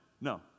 No